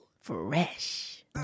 fresh